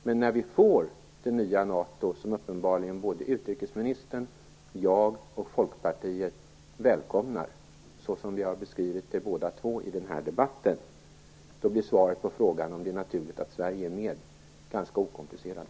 Men när vi får det nya NATO som uppenbarligen både utrikesministern, jag och Folkpartiet välkomnar, såsom både jag och utrikesministern har beskrivit det i den här debatten, blir svaret på frågan om det är naturligt att Sverige är med ganska okomplicerat.